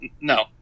No